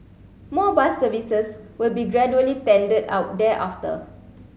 more bus services will be gradually tendered out thereafter